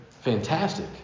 fantastic